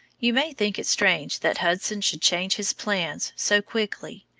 you may think it strange that hudson should change his plans so quickly,